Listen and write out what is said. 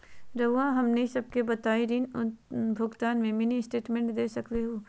रहुआ हमनी सबके बताइं ऋण भुगतान में मिनी स्टेटमेंट दे सकेलू?